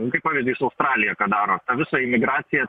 nu kaip pavyzdys australija ką daro visa imigracija